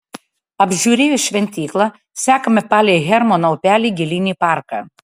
apžiūrėjus šventyklą sekame palei hermono upelį gilyn į parką